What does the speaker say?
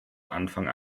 anfang